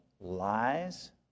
lies